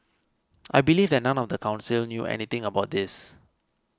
I believe that none of the council knew anything about this